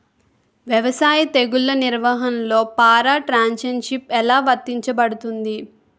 వ్యవసాయ తెగుళ్ల నిర్వహణలో పారాట్రాన్స్జెనిసిస్ఎ లా వర్తించబడుతుంది?